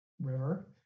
River